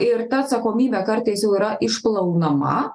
ir ta atsakomybė kartais jau yra išplaunama